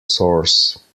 source